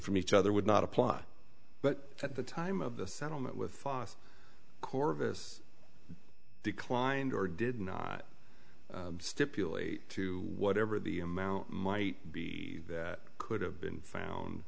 from each other would not apply but at the time of the settlement with corvus declined or did not stipulate to whatever the amount might be that could have been found